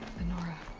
the nora.